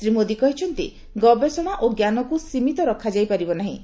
ଶ୍ରୀ ମୋଦୀ କହିଛନ୍ତି ଗବେଷଣା ଓ ଜ୍ଞାନକୁ ସୀମିତ ରଖାଯାଇ ପାରିବ ନାହିଁ